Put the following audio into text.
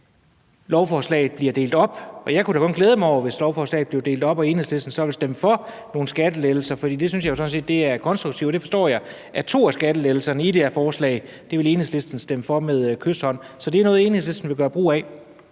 lovforslaget bliver delt op. Jeg kunne da kun glæde mig over, hvis lovforslaget blev delt op og Enhedslisten så ville stemme for nogle skattelettelser. Det synes jeg sådan set er konstruktivt, og jeg forstår det sådan, at to af skattelettelserne i det her forslag vil Enhedslisten stemme for med kyshånd. Så er det noget, Enhedslisten vil gøre brug af?